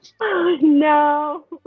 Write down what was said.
No